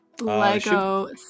Lego